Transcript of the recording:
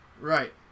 Right